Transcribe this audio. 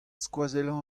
skoazellañ